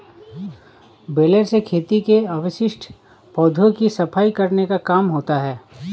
baler से खेतों के अवशिष्ट पौधों की सफाई करने का काम होता है